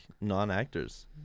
non-actors